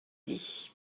dit